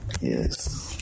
Yes